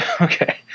Okay